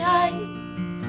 eyes